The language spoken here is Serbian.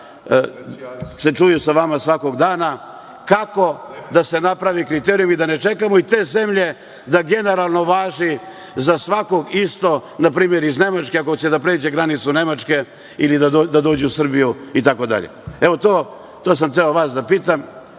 se čuju sa vama svakog dana, kako da se naprave kriterijumi da ne čekamo i te zemlje da generalno važi za svakog isto, npr. iz Nemačke, ako hoće da pređe granicu Nemačke ili da dođe u Srbiju itd? To sam hteo vas da pitam. Vlada